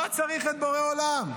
מה צריך את בורא עולם?